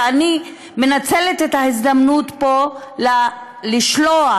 ואני מנצלת את ההזדמנות פה לשלוח,